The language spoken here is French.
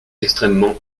extrêmement